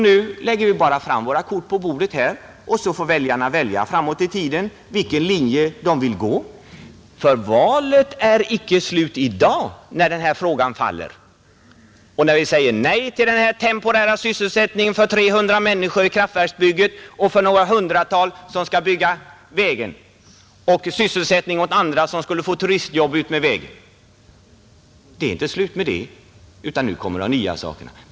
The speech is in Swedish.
Nu lägger vi bara våra kort på bordet, och så får väljarna avgöra vilken linje de vill följa. Valet är nämligen icke slut i dag när denna fråga faller och när vi säger nej till en temporär sysselsättning för 300 människor i kraftverksbygget och för några 100 i vägbygget, vilket i sin tur ger sysselsättning åt andra som skulle få turistjobb utmed vägen.